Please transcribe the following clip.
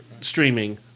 streaming